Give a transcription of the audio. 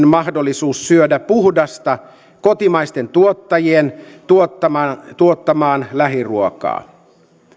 mahdollisuus syödä puhdasta kotimaisten tuottajien tuottamaan tuottamaan lähiruokaa